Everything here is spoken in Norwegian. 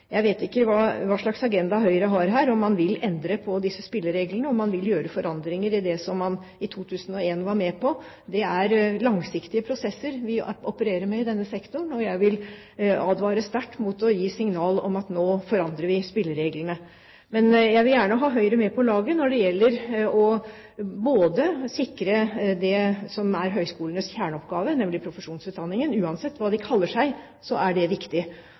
jeg nevnte. Jeg vet ikke hva slags agenda Høyre har her, om man vil endre på disse spillereglene, om man vil gjøre forandringer i det som man i 2001 var med på. Det er langsiktige prosesser vi opererer med i denne sektoren. Jeg vil advare sterkt mot å gi signal om at vi nå forandrer spillereglene. Men jeg vil gjerne ha Høyre med på laget når det gjelder å sikre både det som er høyskolenes kjerneoppgave, nemlig profesjonsutdanningen – uansatt hva de kaller seg, er det viktig